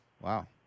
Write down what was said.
wow